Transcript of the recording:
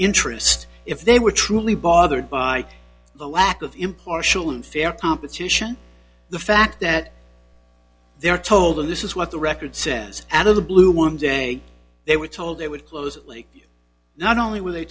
interest if they were truly bothered by the lack of impartial and fair competition the fact that they are told and this is what the record says out of the blue one day they were told they would close not only were they